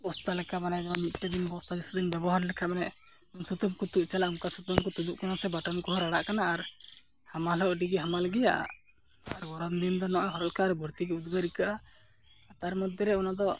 ᱵᱚᱥᱛᱟ ᱞᱮᱠᱟ ᱢᱟᱱᱮ ᱡᱮᱢᱚᱱ ᱢᱤᱫᱴᱮᱡᱜᱮ ᱵᱚᱥᱛᱟ ᱡᱟᱹᱥᱛᱤᱫᱤᱱ ᱵᱮᱵᱚᱦᱟᱨ ᱞᱮᱠᱷᱟᱡ ᱢᱟᱱᱮ ᱥᱩᱛᱟᱹᱢᱠᱚ ᱛᱩᱫ ᱪᱟᱞᱟᱜ ᱚᱝᱠᱟ ᱥᱩᱛᱟᱹᱢᱠᱚ ᱛᱩᱫᱩᱜ ᱠᱟᱱᱟ ᱥᱮ ᱵᱟᱴᱟᱱᱠᱚ ᱦᱚᱸ ᱨᱟᱲᱟᱜ ᱠᱟᱱᱟ ᱟᱨ ᱦᱟᱢᱟᱞᱦᱚᱸ ᱟᱹᱰᱤᱜᱮ ᱦᱟᱞᱟᱢ ᱜᱮᱭᱟ ᱟᱨ ᱜᱚᱨᱚᱢᱫᱤᱱ ᱫᱚ ᱱᱚᱜᱼᱚᱭ ᱦᱚᱨᱚᱠᱟ ᱟᱨ ᱵᱟᱹᱲᱛᱤᱜᱮ ᱩᱫᱽᱜᱟᱹᱨ ᱟᱹᱭᱠᱟᱹᱜᱼᱟ ᱛᱟᱨ ᱢᱚᱫᱽᱫᱷᱮᱨᱮ ᱚᱱᱟᱫᱚ